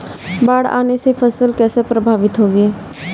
बाढ़ आने से फसल कैसे प्रभावित होगी?